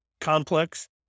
complex